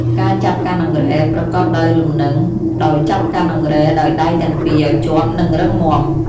ការចាប់កាន់អង្រែប្រកបដោយលំនឹង ដោយចាប់កាន់អង្រែដោយដៃទាំងពីរឱ្យជាប់ និងរឹងមាំ។